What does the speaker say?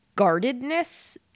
guardedness